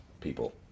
people